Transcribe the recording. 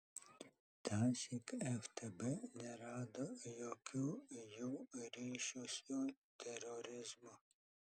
tąsyk ftb nerado jokių jų ryšių su terorizmu